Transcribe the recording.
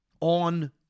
on